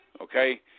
Okay